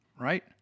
Right